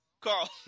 Carl